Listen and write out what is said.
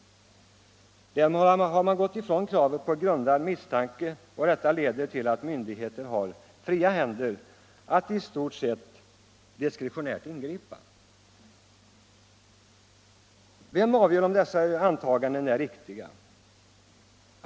Därmed har man gått ifrån kravet på grundad misstanke, och detta leder till att myndigheter har fria händer att i stort sett diskretionärt ingripa. Vem avgör om dessa antaganden är riktiga?